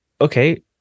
okay